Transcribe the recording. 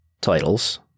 titles